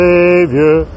Savior